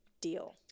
deal